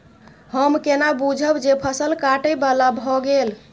हम केना बुझब जे फसल काटय बला भ गेल?